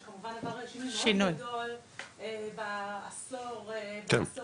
שכמובן עבר שינוי מאוד גדול בעשור האחרון,